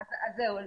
אז זהו,